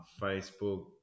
Facebook